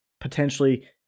potentially